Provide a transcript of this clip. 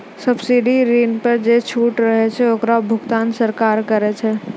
subsidy ऋण पर जे छूट रहै छै ओकरो भुगतान सरकार करै छै